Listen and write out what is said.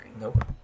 Nope